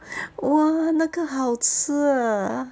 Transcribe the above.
!wah! 那个好吃 ah